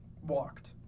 Walked